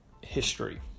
history